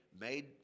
made